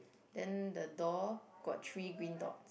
then the door got three green dots